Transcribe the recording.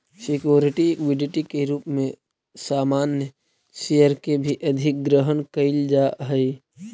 security equity के रूप में सामान्य शेयर के भी अधिग्रहण कईल जा हई